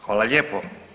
Hvala lijepo.